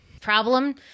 problem